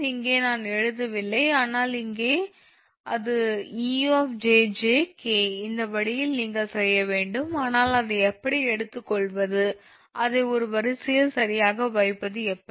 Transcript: இங்கே நான் எழுதவில்லை ஆனால் இங்கே அது 𝑒 𝑗𝑗 𝑘 இந்த வழியில் நீங்கள் செய்ய வேண்டும் ஆனால் அதை எப்படி எடுத்துக்கொள்வது அதை ஒரு வரிசையில் சரியாக வைப்பது எப்படி